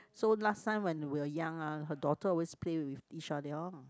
so last time when were young ah her daughter always play with Yisha they all